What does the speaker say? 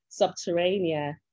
Subterranea